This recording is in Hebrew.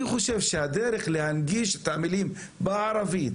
אני חושב שהדרך להנגיש את המילים בערבית